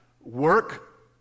work